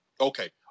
Okay